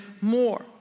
more